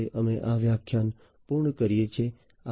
આ સાથે અમે આ વ્યાખ્યાન પૂર્ણ કરીએ છીએ